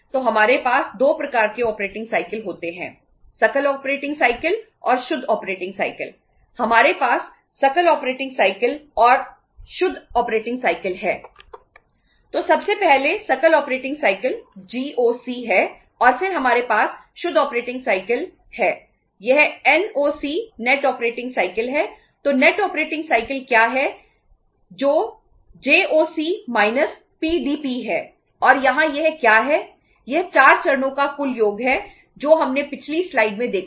तो सबसे पहले सकल ऑपरेटिंग साइकिल में देखा था